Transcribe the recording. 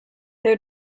their